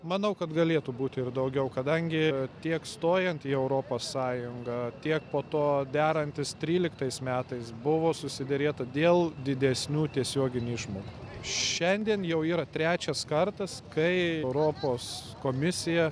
manau kad galėtų būti ir daugiau kadangi tiek stojant į europos sąjungą tiek po to derantis tryliktais metais buvo susiderėta dėl didesnių tiesioginių išmokų šiandien jau yra trečias kartas kai europos komisija